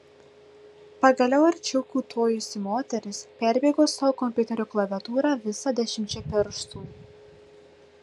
pagaliau arčiau kiūtojusi moteris perbėgo savo kompiuterio klaviatūrą visa dešimčia pirštų